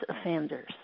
offenders